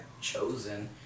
chosen